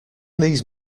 these